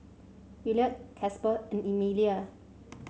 Williard Casper and Emilia